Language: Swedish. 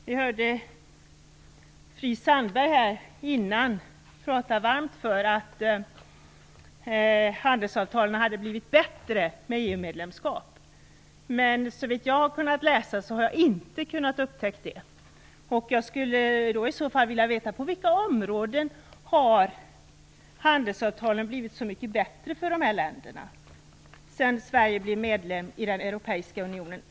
Vi hörde här nyss Yvonne Sandberg-Fries tala varmt för att handelsavtalen blivit bättre med EU medlemskapet. Men såvitt jag har kunnat läsa har jag inte upptäckt det. På vilka områden har handelsavtalen blivit så mycket bättre för dessa länder sedan Sverige blev medlem i den europeiska unionen?